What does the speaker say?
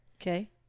okay